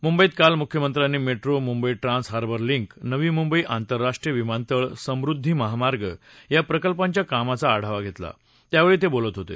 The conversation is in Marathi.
मुंबईत काल मुख्यमंत्र्यांनी metro Mumbai trans harbour link Navi Mumbai आंतरराष्ट्रीय विमानतळ समृद्धी महामार्ग या प्रकल्पांच्या कामाचा आढावा घेतला त्यावेळी ते बोलत होते